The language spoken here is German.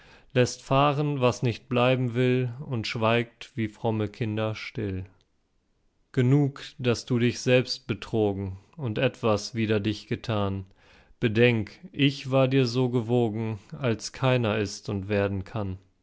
läßt fahren was nicht bleiben will und schweigt wie fromme kinder still genug daß du dich selbst betrogen und etwas wider dich getan bedenk ich war dir so gewogen als keiner ist und werden kann